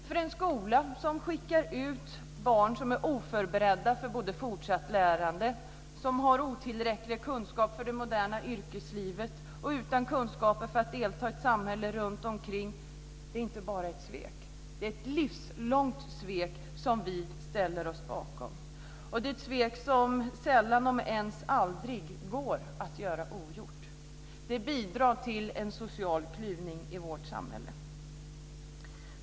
Att en skola skickar ut barn som är oförberedda för fortsatt lärande, som har otillräckliga kunskaper för det moderna yrkeslivet eller som saknar kunskaper för att delta i samhället runtomkring är inte bara ett svek, utan det är t.o.m. ett livslångt svek som vi ställer oss bakom - ett svek som sällan, om ens någonsin, går att göra ogjort. Detta bidrar till en social klyvning i vårt samhälle.